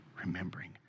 remembering